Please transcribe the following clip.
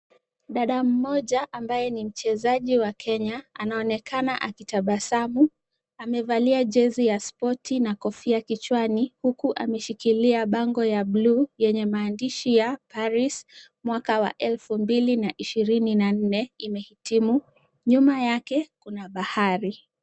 Dada mmoja ambaye ni mchezaji wa Kenya anaonekana akitabasamu amevalia jezi ya spoti na kofia kichwani huku ameshikilia bango ya buluu yenye maandishi ya Paris mwaka wa elfu mbili na ishirini na nne imehitimu, nyuma yake kuna bahari.